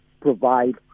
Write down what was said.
provide